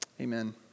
Amen